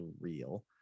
real